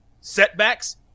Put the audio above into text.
setbacks